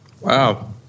wow